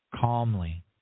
Calmly